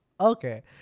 Okay